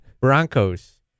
Broncos